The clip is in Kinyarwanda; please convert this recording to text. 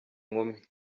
inkumi